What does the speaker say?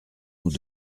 nous